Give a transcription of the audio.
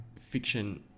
fiction